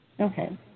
Okay